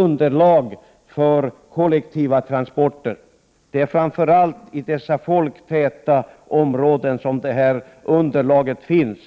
underlag för kollektiva transporter i framför allt de större tätorterna och i tätbefolkade områden.